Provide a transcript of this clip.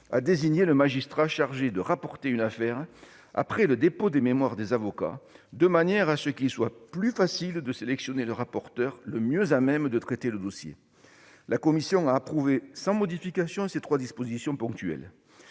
à désigner le magistrat chargé de rapporter une affaire après le dépôt des mémoires des avocats, de manière qu'il soit plus facile de sélectionner le rapporteur le mieux à même de traiter le dossier. La commission a approuvé sans modification ces trois dispositions ponctuelles.